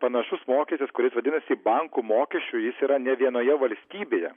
panašus mokestis kuris vadinasi bankų mokesčiu jis yra ne vienoje valstybėje